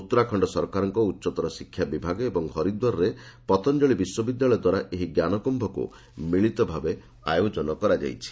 ଉତ୍ତରାଖଣ୍ଡ ସରକାରଙ୍କ ଉଚ୍ଚତର ଶିକ୍ଷା ବିଭାଗ ଏବଂ ହରିଦ୍ୱାରରେ ପତଞ୍ଜଳି ବିଶ୍ୱବିଦ୍ୟାଳୟଦ୍ୱାରା ଏହି ଜ୍ଞାନକ୍ୟୁକ୍ ମିଳିତଭାବେ ଆୟୋଜନ କରାଯାଇଛି